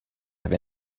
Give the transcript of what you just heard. have